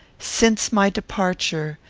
since my departure,